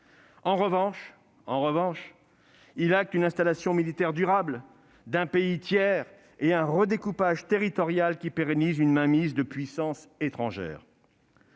En revanche, il acte une installation militaire durable d'un pays tiers et un redécoupage territorial qui pérennise la mainmise de puissances étrangères.